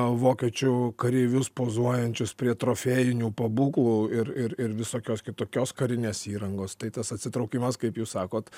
vokiečių kareivius pozuojančius prie trofėjinių pabūklų ir ir ir visokios kitokios karinės įrangos tai tas atsitraukimas kaip jūs sakot